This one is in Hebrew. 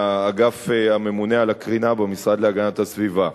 מהאגף הממונה על הקרינה במשרד להגנת הסביבה.